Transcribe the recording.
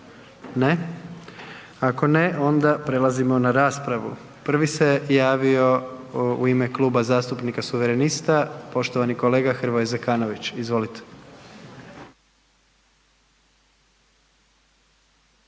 Ne, ako ne onda prelazimo na raspravu. Prvi se javio u ime Kluba zastupnika suverenista poštovani kolega Hrvoje Zekanović. Izvolite.